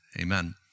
Amen